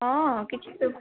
ହଁ କିଛି ତ